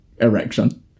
erection